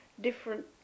different